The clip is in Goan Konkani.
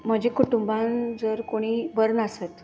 म्हजे कुटूंबान जर कोणी बरो नासत